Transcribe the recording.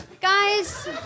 guys